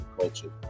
culture